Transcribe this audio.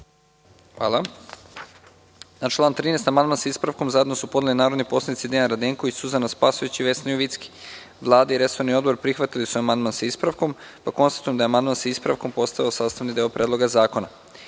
Hvala. Na član 13. amandman sa ispravkom, zajedno su podneli narodni poslanici Dejan Radenković, Suzana Spasojević i Vesna Jovicki. Vlada i resorni Odbor su prihvatili amandman sa ispravkom. Konstatujem da je amandman sa ispravkom postao sastavni deo Predloga zakona. Na